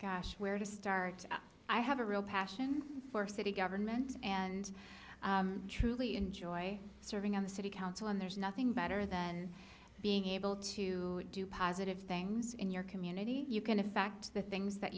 gosh where to start i have a real passion for city government and truly enjoy serving on the city council and there's nothing better than being able to do positive things in your community you can affect the things that